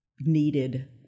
needed